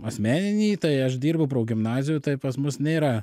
asmeninį tai aš dirbu progimnazijoj tai pas mus nėra